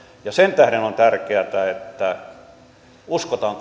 ja sen tähden on tärkeätä että uskotaan